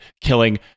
killing